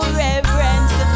reverence